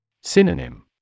Synonym